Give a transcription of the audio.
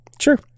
Sure